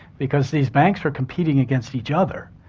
because these banks are competing against each other,